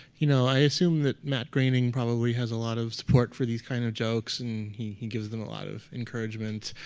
you know i assume that matt groening probably has a lot of support for these kind of jokes and he he gives them a lot of encouragement.